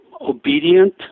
obedient